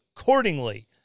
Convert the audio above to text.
accordingly